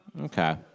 Okay